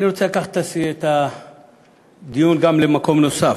אני רוצה לקחת את הדיון גם למקום נוסף,